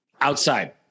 outside